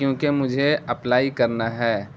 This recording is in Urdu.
کیونکہ مجھے اپلائی کرنا ہے